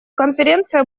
конференция